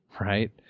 right